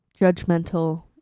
Judgmental